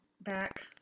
back